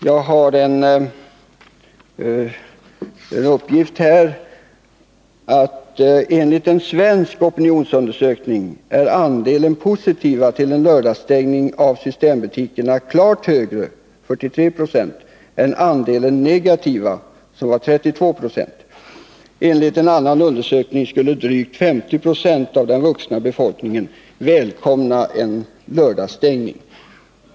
Jag har en uppgift om att en svensk opinionsundersökning visar att andelen positiva till en lördagsstängning av systembutikerna är klart större, nämligen 43 90, än andelen negativa, som var 32 Zo. Enligt en annan undersökning skulle drygt 50 96 av den vuxna befolkningen välkomna en lördagsstängning.